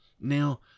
now